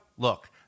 Look